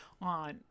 on